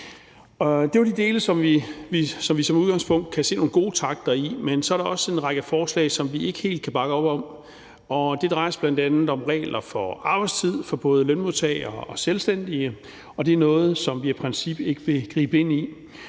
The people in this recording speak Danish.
Det var de dele, som vi som udgangspunkt kan se nogle gode takter i, men så er der også en række forslag, som vi ikke helt kan bakke op om. Det drejer sig bl.a. om regler for arbejdstid for både lønmodtagere og selvstændige. Det er noget, som vi af princip ikke vil gribe ind i.